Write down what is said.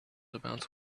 about